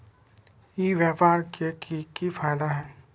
ई व्यापार के की की फायदा है?